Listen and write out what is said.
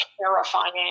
terrifying